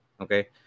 okay